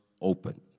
open